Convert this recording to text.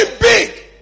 big